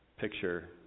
picture